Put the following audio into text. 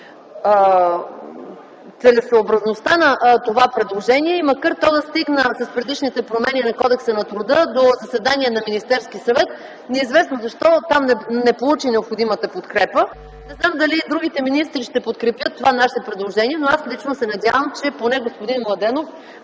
целесъобразността на това предложение. И макар то да стигна с предишните промени на Кодекса на труда до заседание на Министерския съвет, неизвестно защо там не получи необходимата подкрепа. Не знам дали другите министри ще подкрепят това наше предложение, но аз лично се надявам, че господин Младенов